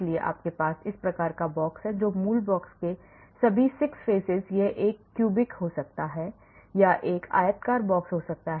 इसलिए आपके पास इस प्रकार का बॉक्स है और मूल बॉक्स के सभी 6 faces यह एक क्यूबिक हो सकता है या यह एक आयताकार बॉक्स हो सकता है